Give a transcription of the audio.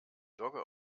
dogge